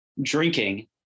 drinking